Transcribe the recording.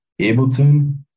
Ableton